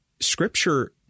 scripture